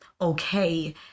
okay